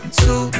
two